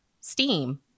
steam